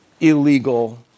illegal